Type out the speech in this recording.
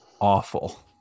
awful